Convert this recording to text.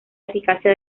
eficacia